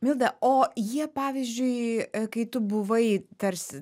milda o jie pavyzdžiui kai tu buvai tarsi